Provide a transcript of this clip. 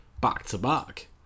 back-to-back